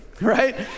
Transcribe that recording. right